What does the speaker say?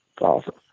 Awesome